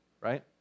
right